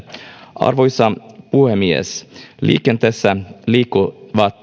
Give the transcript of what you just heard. arvoisa puhemies liikenteessä liikkuvat